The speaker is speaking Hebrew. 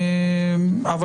אבל